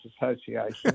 Association